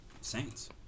Saints